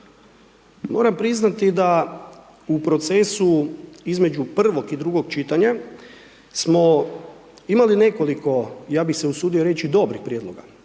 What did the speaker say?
Moram priznati da u procesu između prvog i drugog čitanja smo imali nekoliko, ja bih se usudio reći, dobrih prijedloga.